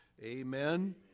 amen